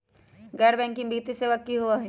गैर बैकिंग वित्तीय सेवा की होअ हई?